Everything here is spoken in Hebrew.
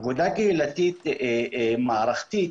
עבודה קהילתית מערכתית,